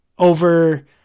Over